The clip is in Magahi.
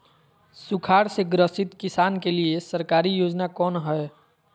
सुखाड़ से ग्रसित किसान के लिए सरकारी योजना कौन हय?